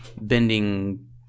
bending